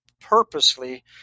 purposely